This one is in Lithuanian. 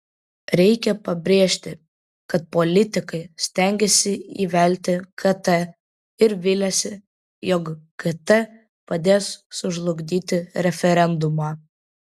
reikia pabrėžti kad politikai stengiasi įvelti kt ir viliasi jog kt padės sužlugdyti referendumą